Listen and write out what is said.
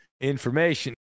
information